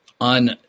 On